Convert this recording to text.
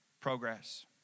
progress